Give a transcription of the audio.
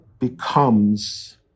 Becomes